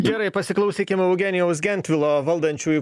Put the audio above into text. gerai pasiklausykime eugenijaus gentvilo valdančiųjų